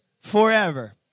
forever